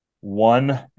one